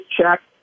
check